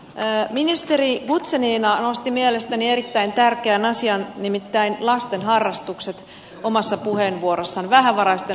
pääministeri hun senina nosti mielestäni erittäin tärkeään asiaan nimittäin lasten harrastukset omassa puheenvuorossaan vähävaraisten